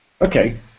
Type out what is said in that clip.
okay